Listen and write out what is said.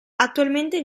attualmente